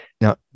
Now